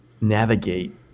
navigate